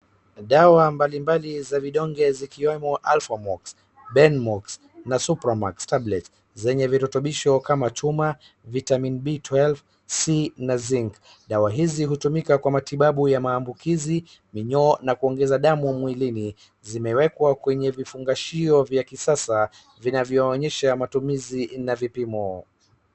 Dawa mbalimbali za vidonge zikiwemo Alphamox, Benmox, na Supramax tablets zenye virutubisho kama chuma, vitamin B12, C na zinc . Dawa hizi hutumika kwa matibabu ya maambukizi, minyoo na kuongeza damu mwilini. Zimewekwa kwenye vifungashio vya kisasa vinavyoonyesha matumizi na vipimo.